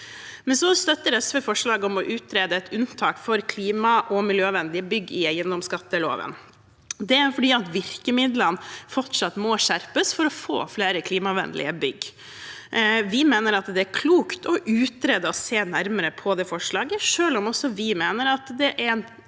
SV støtter forslaget om å utrede et unntak for klimaog miljøvennlige bygg i eiendomsskatteloven. Det er fordi virkemidlene fortsatt må skjerpes for å få flere klimavennlige bygg. Vi mener det er klokt å utrede og se nærmere på det forslaget, selv om også vi mener det er en